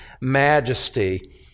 majesty